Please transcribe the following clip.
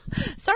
Sorry